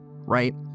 Right